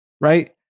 right